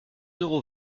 euros